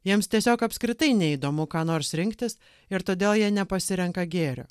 jiems tiesiog apskritai neįdomu ką nors rinktis ir todėl jie nepasirenka gėrio